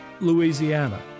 Louisiana